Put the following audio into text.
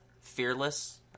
Fearless